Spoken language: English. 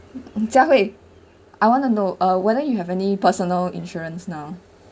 Jia Hui I want to know uh whether you have any personal insurance now